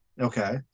Okay